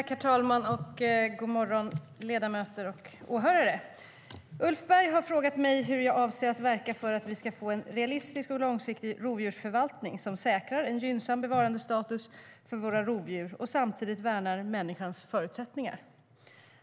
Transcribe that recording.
Svar på interpellationerHerr talman! Ulf Berg har frågat mig hur jag avser att verka för att vi ska få en realistisk och långsiktig rovdjursförvaltning som säkrar en gynnsam bevarandestatus för våra rovdjur och samtidigt värnar människors förutsättningar.